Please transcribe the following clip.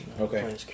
Okay